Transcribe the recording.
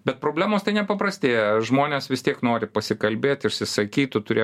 bet problemos tai nepaprastėja žmonės vis tiek nori pasikalbėt išsisakyt tu turi